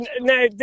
now